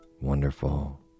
wonderful